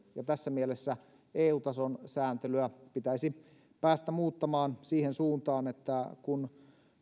tässä mielessä eu tason sääntelyä pitäisi päästä muuttamaan siihen suuntaan että kun